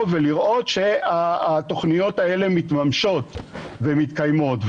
ולראות שהתוכניות האלה מתממשות ומתקיימות.